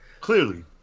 Clearly